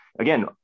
again